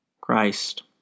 Christ